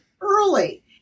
early